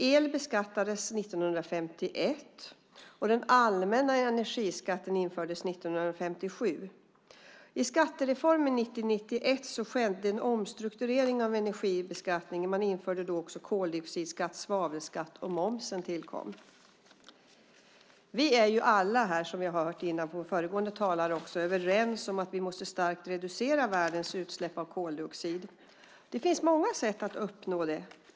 El beskattades 1951, och den allmänna energiskatten infördes 1957. I skattereformen 1990-1991 skedde en omstrukturering av energibeskattningen. Man införde då också koldioxidskatt och svavelskatt, och momsen tillkom. Vi är alla här, som vi också har hört tidigare från föregående talare, överens om att vi måste reducera världens utsläpp av koldioxid starkt. Det finns många sätt att uppnå det.